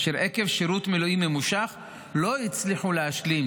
אשר עקב שירות מילואים ממושך לא הצליחו להשלים